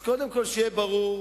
אז קודם כול, שיהיה ברור: